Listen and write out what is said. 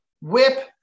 Whip